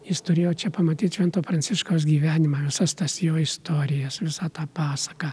jis turėjo čia pamatyt švento pranciškaus gyvenimą visas tas jo istorijas visą tą pasaką